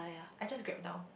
I just grab down